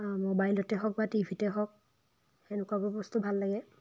ম'বাইলতে হওক বা টিভিতে হওক এনেকুৱাবোৰ বস্তু ভাল লাগে